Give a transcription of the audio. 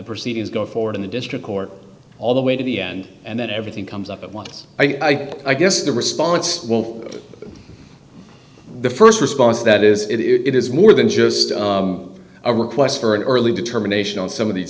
proceedings go forward in the district court all the way to the end and then everything comes up once i guess the response will the st response that is it is more than just a request for an early determination on some of these